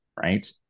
right